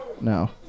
no